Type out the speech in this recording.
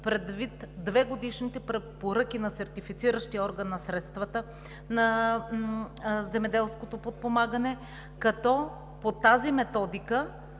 предвид двегодишните препоръки на сертифициращия орган на средствата за земеделското подпомагане, като по тази методика